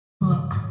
Look